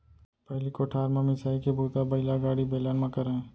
पहिली कोठार म मिंसाई के बूता बइलागाड़ी, बेलन म करयँ